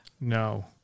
No